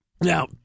Now